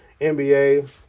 NBA